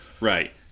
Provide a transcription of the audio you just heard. right